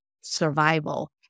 survival